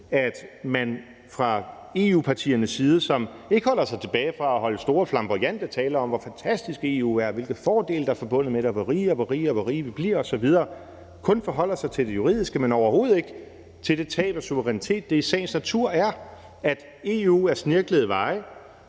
at man fra EU-partiernes side, som ikke holder sig tilbage fra at holde store flamboyante taler om, hvor fantastisk EU er, hvilke fordele der er forbundet med det, og hvor rige vi bliver osv., kun forholder sig til det juridiske og overhovedet ikke til det tab af suverænitet, det i sagens natur er, at EU ad snirklede veje